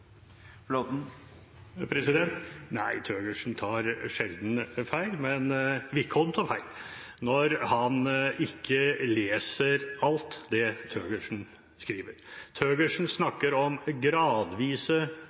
Nei, Thøgersen tar sjelden feil, men Wickholm tar feil når han ikke leser alt det Thøgersen skriver. Thøgersen snakker om gradvise